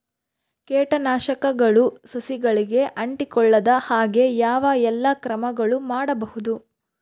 ಕೇಟನಾಶಕಗಳು ಸಸಿಗಳಿಗೆ ಅಂಟಿಕೊಳ್ಳದ ಹಾಗೆ ಯಾವ ಎಲ್ಲಾ ಕ್ರಮಗಳು ಮಾಡಬಹುದು?